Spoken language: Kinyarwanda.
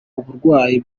uburwayi